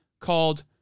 called